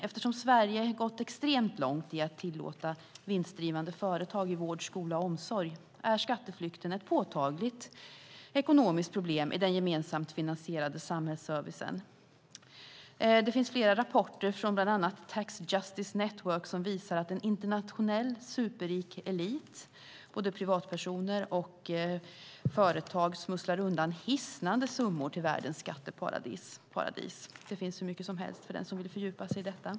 Eftersom Sverige gått extremt långt i att tillåta vinstdrivande företag i vård, skola och omsorg, är skatteflykten ett påtagligt ekonomiskt problem i den gemensamt finansierade samhällsservicen. Det finns flera rapporter, från bland Tax Justice Network, som visar att en internationell superrik elit, både privatpersoner och företag, smusslar undan hisnande summor till världens skatteparadis. Det finns hur mycket material som helst för den som vill fördjupa sig i detta.